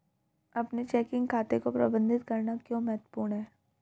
अपने चेकिंग खाते को प्रबंधित करना क्यों महत्वपूर्ण है?